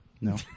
No